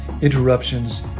interruptions